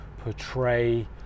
portray